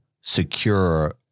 secure